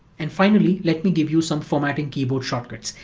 and finally, let me give you some formatting keyboard shortcuts.